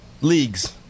Leagues